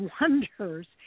wonders